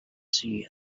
see